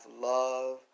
love